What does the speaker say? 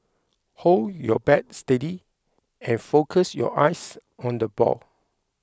hold your bat steady and focus your eyes on the ball